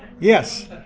Yes